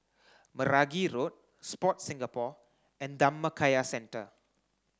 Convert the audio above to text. Meragi Road Sport Singapore and Dhammakaya Centre